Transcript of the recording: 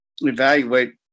evaluate